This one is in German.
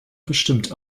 bestimmt